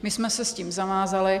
My jsme se tím zavázali.